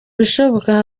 bishoboka